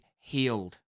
healed